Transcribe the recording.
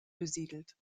besiedelt